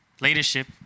Leadership